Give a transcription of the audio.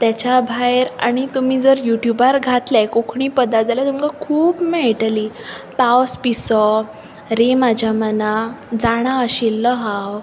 ताच्या भायर आनी तुमी जर युट्युबार घातले कोंकणी पदां जाल्यार तुमकां खूब मेळटलीं पावस पिसो रे म्हाज्या मना जाणा आशिल्लो हांव